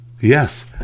Yes